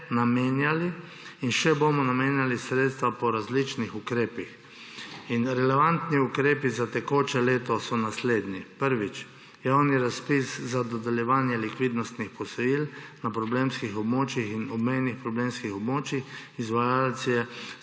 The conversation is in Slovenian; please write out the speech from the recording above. namenjali in bomo še namenjali sredstva po različnih ukrepih. Relevantni ukrepi za tekoče leto so naslednji. Prvič. Javni razpis za dodeljevanje likvidnostnih posojil na problemskih območjih in obmejnih problemskih območjih, izvajalec je